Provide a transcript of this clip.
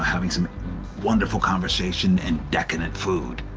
having some wonderful conversation and decadent food.